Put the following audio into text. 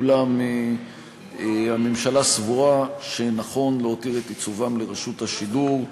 אולם הממשלה סבורה שנכון להותיר את עיצובם לרשות השידור,